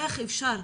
איך אפשר,